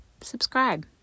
subscribe